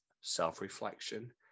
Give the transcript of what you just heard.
self-reflection